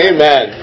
Amen